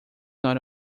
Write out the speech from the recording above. not